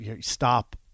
stop